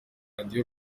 radiyo